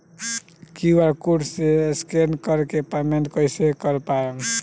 QR code से scan कर के पेमेंट कइसे कर पाएम?